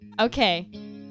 Okay